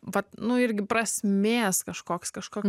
vat nu irgi prasmės kažkoks kažkoks